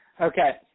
Okay